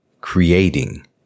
creating